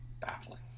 Baffling